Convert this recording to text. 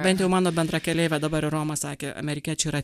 bent jau mano bendrakeleivė dabar ir į romą sakė amerikiečių yra